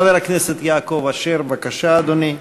חבר הכנסת יעקב אשר, בבקשה, אדוני.